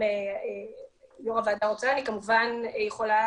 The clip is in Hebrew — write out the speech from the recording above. אם יו"ר הוועדה רוצה אני כמובן יכולה